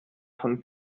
von